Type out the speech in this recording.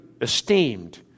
esteemed